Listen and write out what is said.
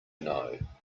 know